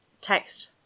text